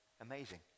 amazing